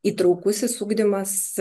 įtraukusis udymas